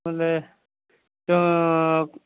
ତ